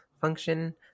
function